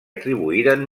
atribuïren